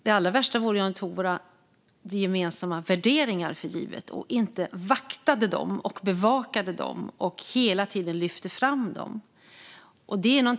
Det allra värsta vore ju om vi tog våra gemensamma värderingar för givna - om vi inte vaktade och bevakade dem och hela tiden lyfte fram dem.